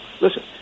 listen